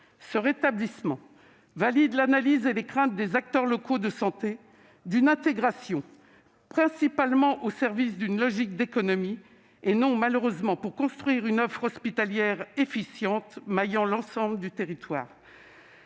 Ce rétablissement valide l'analyse et les craintes des acteurs locaux de santé. Ces derniers redoutent une intégration principalement au service d'une logique d'économies et non, malheureusement, pour construire une offre hospitalière efficiente maillant l'ensemble du territoire.